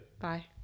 Bye